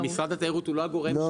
אבל משרד התיירות הוא לא הגורם שמפקח.